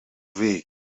week